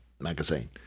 magazine